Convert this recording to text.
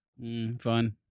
fun